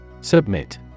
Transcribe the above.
Submit